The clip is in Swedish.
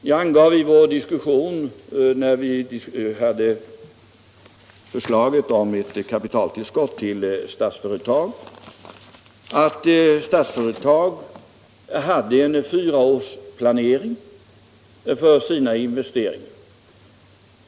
Jag angav i debatten vid behandlingen av förslaget om ett kapitaltillskott till Statsföretag AB att Statsföretag hade en fyraårsplanering för sina investeringar.